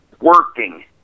working